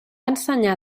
ensenyar